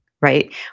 right